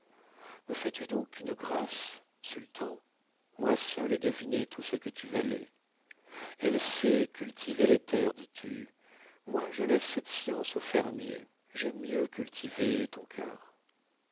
fais-tu donc une grâce sultan moi seule ai deviné tout ce que tu valais elle sait cultiver les terres dis-tu moi je laisse cette science aux fermiers j'aime mieux cultiver ton cœur